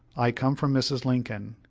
i come from mrs. lincoln.